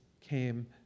came